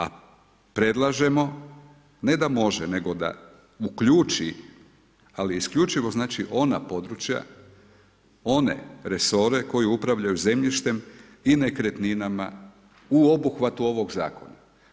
A predlažemo ne da može nego da uključi, ali isključivo ona područja, one resore koji upravljaju zemljištem i nekretninama u obuhvatu ovoga zakona.